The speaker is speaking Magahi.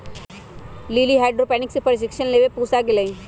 लिली हाइड्रोपोनिक्स के प्रशिक्षण लेवे पूसा गईलय